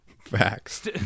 Facts